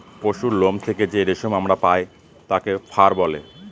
পশুরলোম থেকে যে রেশম আমরা পায় তাকে ফার বলে